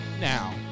now